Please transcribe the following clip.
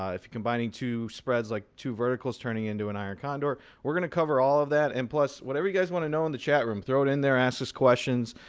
um if you're combining two spreads, like two verticals turning into an iron condor, we're going to cover all of that. and plus whatever you guys want to know in the chat room, throw it in there. ask us questions.